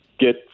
get